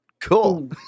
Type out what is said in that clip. Cool